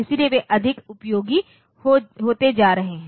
इसलिए वे अधिक उपयोगी होते जा रहे हैं